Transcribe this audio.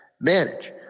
manage